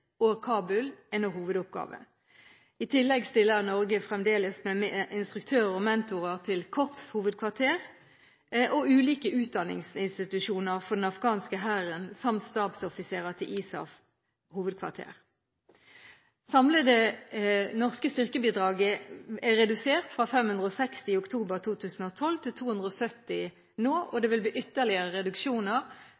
og Kabul er nå hovedoppgaven. I tillegg stiller Norge fremdeles med instruktører og mentorer til korpshovedkvarter og ulike utdanningsinstitusjoner for den afghanske hæren samt stabsoffiserer til ISAFs hovedkvarter. Det samlede norske styrkebidrag er redusert fra 560 personer i oktober 2012 til 270 personer nå, og